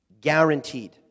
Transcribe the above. Guaranteed